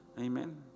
Amen